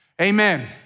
Amen